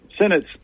Senate's